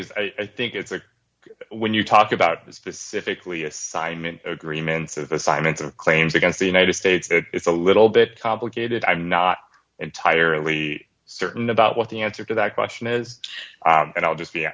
is i think it's when you talk about specifically assignment agreements of assignments of claims against the united states it's a little bit complicated i'm not entirely certain about what the answer to that question is and i'll just be